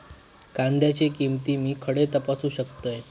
कांद्याची किंमत मी खडे तपासू शकतय?